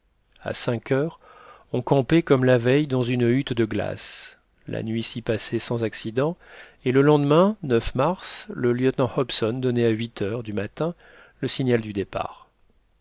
à cinq heures on campait comme la veille dans une hutte de glace la nuit s'y passait sans accident et le lendemain mars le lieutenant hobson donnait à huit heures du matin le signal du départ